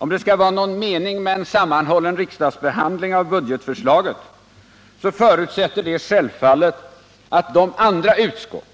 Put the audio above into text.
Om det skall vara någon mening med en sammanhållen riksdagsbehandling av budgetförslaget, så förutsätter det självfallet att de andra utskott